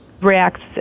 reacts